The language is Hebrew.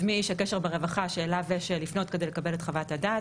אז מי איש הקשר ברווחה שאליו יש לפנות כדי לקבל את חוות הדעת.